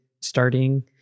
starting